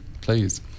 please